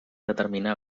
determinar